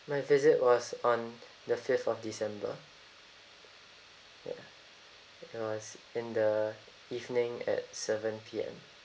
my visit was on the fifth of december ya it was in the evening at seven P_M